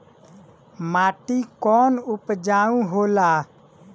माटी कौन उपजाऊ होला?